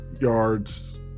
yards